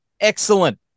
excellent